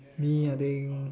me I think